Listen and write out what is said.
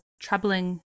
troubling